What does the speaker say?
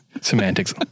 semantics